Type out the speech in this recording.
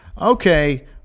okay